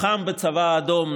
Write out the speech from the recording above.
לחם בצבא האדום,